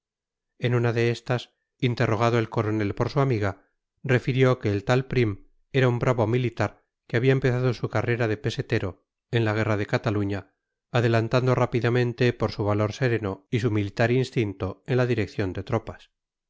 en una de estas interrogado el coronel por su amiga refirió que el tal prim era un bravo militar que había empezado su carrera de pesetero en la guerra de cataluña adelantando rápidamente por su valor sereno y su militar instinto en la dirección de tropas